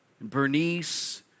Bernice